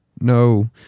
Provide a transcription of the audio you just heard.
No